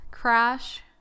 crash